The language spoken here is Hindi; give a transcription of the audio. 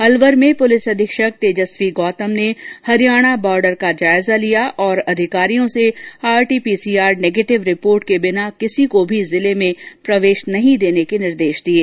अलवर में पुलिस अधीक्षक तेजस्वी गौतम में हरियाणा बॉर्डर का जायजा लिया और अधिकारियों से आरटीपीसीआर नैगेटिव रिपोर्ट के बिना किसी को भी जिले में प्रवेश नहीं देने के निर्देश दिये